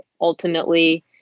ultimately